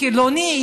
חילוני,